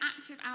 active